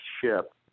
ship